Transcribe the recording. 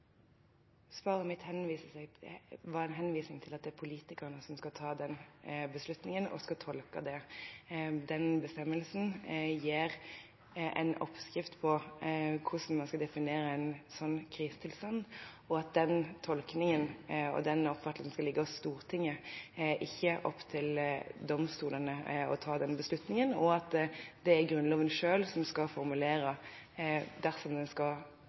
Svaret mitt var en henvisning til at det er politikerne som skal ta den beslutningen og tolke det. Bestemmelsen gir en oppskrift på hvordan man skal definere en sånn krisetilstand – den tolkningen og oppfatningen skal ligge hos Stortinget. Det er ikke opp til domstolene å ta den beslutningen, og det er Grunnloven selv som skal formulere om den skal